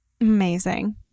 Amazing